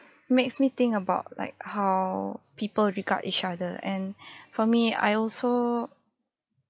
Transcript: makes me think about like how people regard each other and for me I also